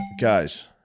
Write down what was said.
Guys